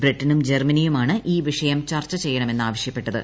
ബ്രിട്ടനും ജർമ്മനിയുമാണ് ഈ വിഷയം ചർച്ച ചെയ്യണമെന്ന് ആവശ്യപ്പെട്ടത്